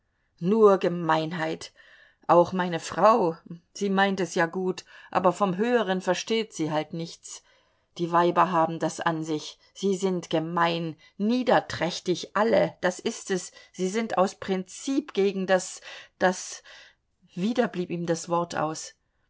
nur gemeinheit auch meine frau sie meint es ja gut aber vom höheren versteht sie halt nichts die weiber haben das an sich sie sind gemein niederträchtig alle das ist es sie sind aus prinzip gegen das das wieder blieb ihm das wort aus